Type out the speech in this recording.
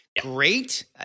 Great